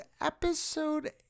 episode